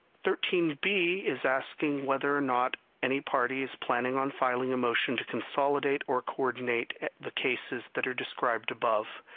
thirteen b is asking whether or not any party is planning on filing a motion to consolidate or coordinate the cases that are described above.